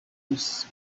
wise